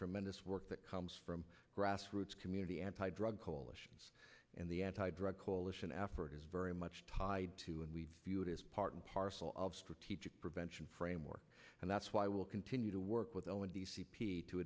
tremendous work that comes from grassroots community anti drug coalitions and the anti drug coalition effort is very much tied to and we view it as part and parcel of strategic prevention framework and that's why i will continue to work with o and d c p to